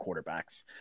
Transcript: quarterbacks